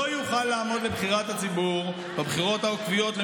לא יוכל לעמוד לבחירת הציבור בבחירות העוקבות.